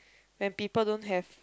when people don't have